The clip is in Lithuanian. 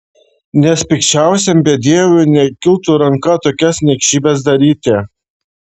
nes pikčiausiam bedieviui nekiltų ranka tokias niekšybes daryti